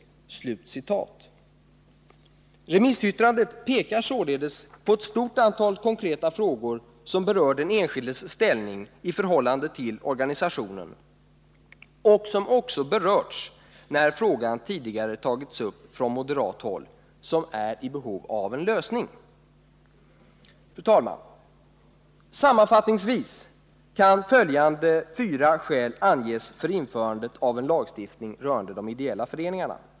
Remissyttrandet pekar således på ett stort antal konkreta frågor som är i behov av en lösning. De berör den enskildes ställning i förhållande till organisationen och har också berörts när frågan tidigare tagits upp från moderat håll. Fru talman! Sammanfattningsvis kan följande fyra skäl anges för införandet av en lagstiftning rörande de ideella föreningarna.